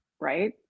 right